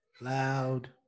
loud